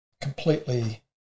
completely